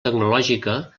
tecnològica